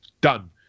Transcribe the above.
done